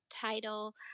title